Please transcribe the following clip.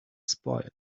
spoil